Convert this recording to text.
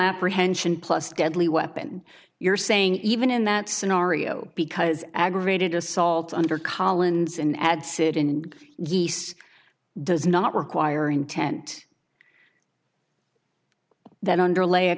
apprehension plus deadly weapon you're saying even in that scenario because aggravated assault under collins and adsit in east does not require intent that underlay a